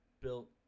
built